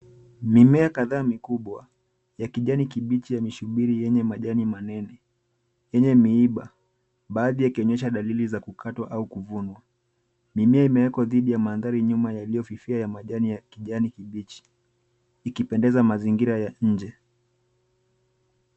Mimea kadhaa mikubwa ya kijani kibichi ya mishubiri yenye majani manene yenye miiba baadhi yakionyesha dalili za kukatwa au kuvunwa. Mimea imewekwa dhidi ya mandhari nyuma yaliyo fifia ya majani ya kijani kibichi ikipendeza mazingira ya nje.